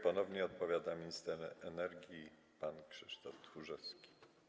Ponownie odpowiada minister energii pan Krzysztof Tchórzewski.